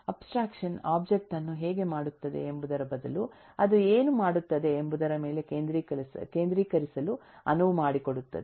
abstraction object ಅನ್ನು ಹೇಗೆ ಮಾಡುತ್ತದೆ ಎಂಬುದರ ಬದಲು ಅದು ಏನು ಮಾಡುತ್ತದೆ ಎಂಬುದರ ಮೇಲೆ ಕೇಂದ್ರೀಕರಿಸಲು ಅನುವು ಮಾಡಿಕೊಡುತ್ತದೆ